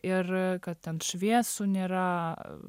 ir kad ten šviesų nėra